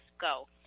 go